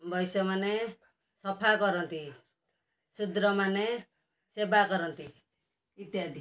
ବୈଶ୍ୟମାନେ ସଫା କରନ୍ତି ଶୁଦ୍ରମାନେ ସେବା କରନ୍ତି ଇତ୍ୟାଦି